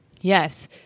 Yes